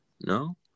No